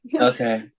Okay